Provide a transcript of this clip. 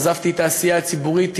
עזבתי את העשייה הציבורית,